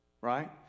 Right